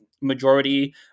majority